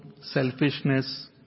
selfishness